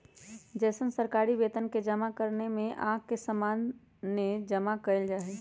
जैसन सरकारी वेतन के जमा करने में आँख के सामने जमा कइल जाहई